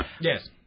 Yes